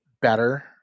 better